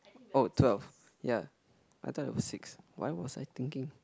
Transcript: oh twelve ya I thought it was six why was I thinking